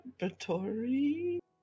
laboratory